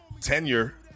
tenure